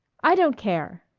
i don't care.